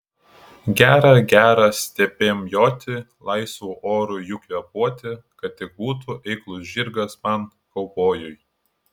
gera gera stepėm joti laisvu oru jų kvėpuoti kad tik būtų eiklus žirgas man kaubojui